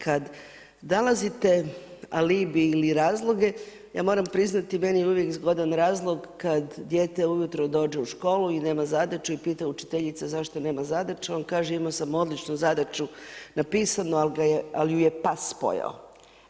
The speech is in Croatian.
Kada nalazite alibi ili razloge ja moram priznati meni je uvijek zgodan razlog kada dijete ujutro dođe u školu i nema zadaću i pita učiteljica zašto nema zadaću, on kaže imao sam odličnu zadaću napisanu ali ju je pas pojeo.